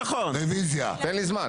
הסתייגות 50. רביזיה על ההצבעה הקודמת.